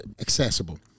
accessible